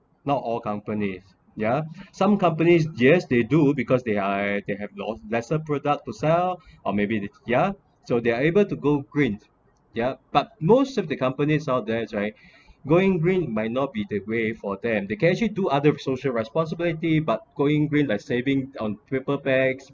not all companies yeah some companies yes they do because they‘re they have lost lesser product to sell or maybe it's yeah so they're able to go green yup but most of the companies out there right going green may not be the way for them they can actually do other social responsibility but going green like saving on paper bags